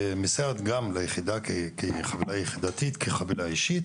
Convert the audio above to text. מסייעת גם ליחידה כחבילה יחידתית, כחבילה אישית,